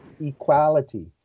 equality